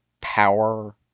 power